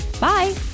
Bye